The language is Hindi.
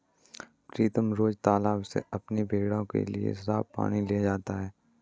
प्रीतम रोज तालाब से अपनी भेड़ों के लिए साफ पानी ले जाता है